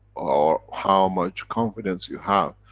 or how much confidence you have,